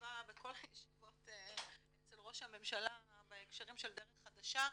שישבה בכל הישיבות אצל ראש הממשלה בהקשרים של "דרך חדשה"